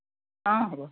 অঁ হ'ব